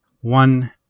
one